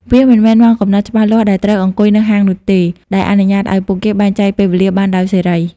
វាមិនមានម៉ោងកំណត់ច្បាស់លាស់ដែលត្រូវអង្គុយនៅហាងនោះទេ ដែលអនុញ្ញាតឱ្យពួកគេបែងចែកពេលវេលាបានដោយសេរី។